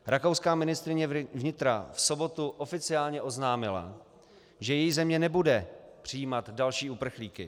Rakouská ministryně vnitra v sobotu oficiálně oznámila, že její země nebude přijímat další uprchlíky.